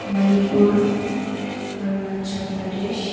Manipur Arunachal Pradesh